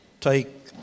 take